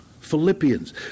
Philippians